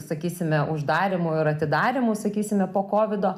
sakysime uždarymų ir atidarymų sakysime po kovido